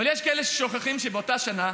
אבל יש כאלה ששוכחים שבאותה שנה